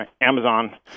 Amazon